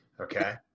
Okay